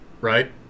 right